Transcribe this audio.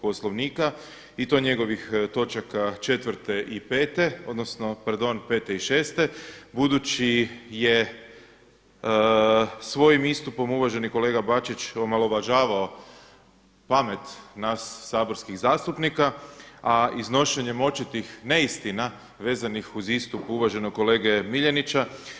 Poslovnika i to njegovih točaka 4. i 5. odnosno 5. i 6. budući je svojim istupom uvaženi kolega Bačić omalovažavao pamet nas saborskih zastupnika, a iznošenjem očitih neistina vezanih uz istu uvaženog kolege MIljenića.